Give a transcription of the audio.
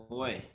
Boy